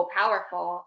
powerful